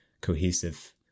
cohesive